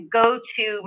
go-to